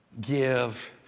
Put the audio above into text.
give